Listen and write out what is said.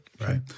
Right